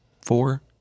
four